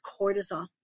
cortisol